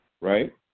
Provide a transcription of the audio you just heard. right